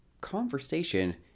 conversation